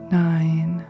nine